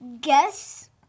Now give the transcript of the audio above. guess